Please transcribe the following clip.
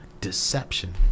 Deception